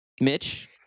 Mitch